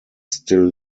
still